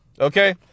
okay